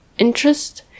interest